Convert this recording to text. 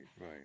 right